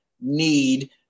need